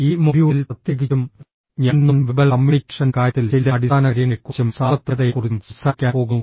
ഈ മൊഡ്യൂളിൽ പ്രത്യേകിച്ചും ഞാൻ നോൺ വെർബൽ കമ്മ്യൂണിക്കേഷന്റെ കാര്യത്തിൽ ചില അടിസ്ഥാനകാര്യങ്ങളെക്കുറിച്ചും സാർവത്രികതയെക്കുറിച്ചും സംസാരിക്കാൻ പോകുന്നു